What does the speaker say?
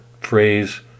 phrase